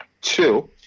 two